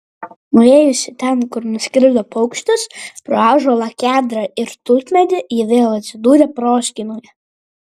nuėjusi ten kur nuskrido paukštis pro ąžuolą kedrą ir tulpmedį ji vėl atsidūrė proskynoje